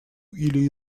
или